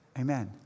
Amen